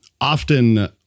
often